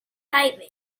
highway